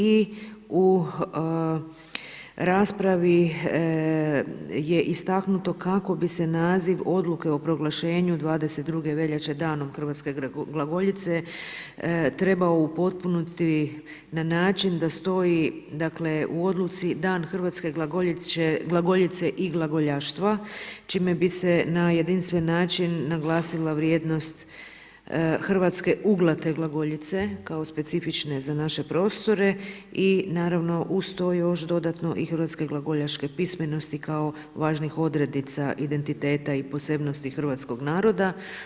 I u raspravi je istaknuto kako bi se naziv Odluke o proglašenju 22. veljače Danom hrvatske glagoljice trebao upotpuniti na način da stoji u Odluci: „Dan hrvatske glagoljice i glagoljaštva“ čime bi se na jedinstven način naglasila vrijednost hrvatske uglate glagoljice kao specifične za naše prostore i naravno uz to još dodatno i hrvatske glagoljaške pismenosti kao važnih odrednica identiteta i posebnosti hrvatskoga naroda.